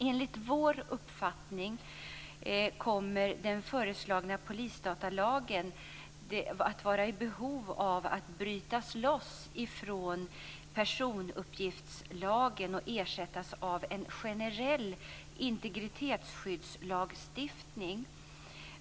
Enligt vår uppfattning kommer den föreslagna polisdatalagen att vara i behov av att brytas loss från personuppgiftslagen och ersättas av en generell integritetsskyddslagstiftning.